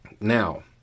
Now